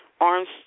arms